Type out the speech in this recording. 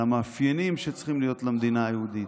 המאפיינים שצריכים להיות למדינה היהודית.